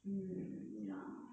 mm ya